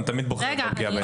אני תמיד בוחר בפגיעה בילדים.